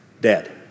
Dead